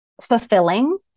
fulfilling